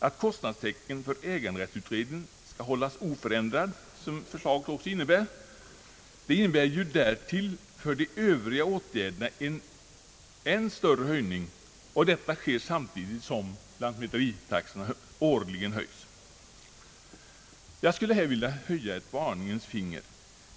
Att kostnadstäckningen för äganderättsutredningar skall hållas oförändrad, som anges i förslaget, innebär ju därtill för de övriga åtgärderna en än större höjning, och detta sker samtidigt som lantmäteritaxan årligen höjes. Jag skulle här vilja höja ett varningens finger.